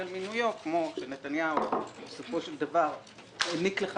על מינויו - נתניהו הוא זה שבסופו של דבר העניק לך